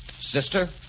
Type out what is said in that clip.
Sister